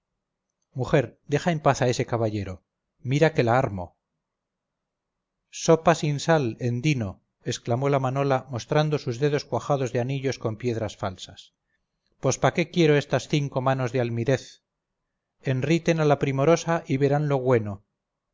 mujer deja en paz a ese caballero mira que la armo sopa sin sal endino exclamó la manola mostrando sus dedos cuajados de anillos con piedras falsas pos pa qué quiero estas cinco manos de almirez enriten a la primorosa y verán lo güeno